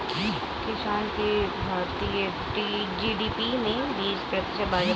किसान की भारतीय जी.डी.पी में बीस प्रतिशत भागीदारी है